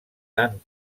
tant